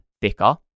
thicker